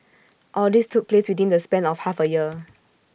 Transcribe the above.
all this took place within the span of half A year